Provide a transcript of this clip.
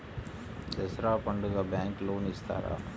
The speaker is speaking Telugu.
దసరా పండుగ బ్యాంకు లోన్ ఇస్తారా?